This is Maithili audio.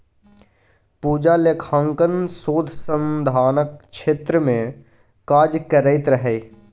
पूजा लेखांकन शोध संधानक क्षेत्र मे काज करैत रहय